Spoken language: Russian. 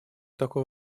такой